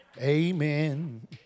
Amen